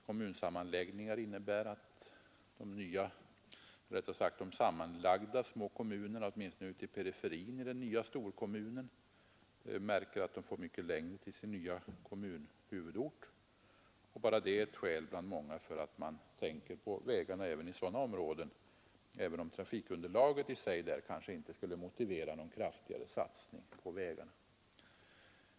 Kommunsammanläggningar innebär att de Nr 130 sammanlagda små kommunerna ute i perferin i den nya storkommunen Måndagen den märker att de får mycket längre avstånd till kommunhuvudorten, och 4 december 1972 bara detta är ett skäl bland många för att man skall tänka på vägarna också inom sådana områden, även om trafikunderlaget där i sig kanske inte skulle motivera någon kraftigare satsning.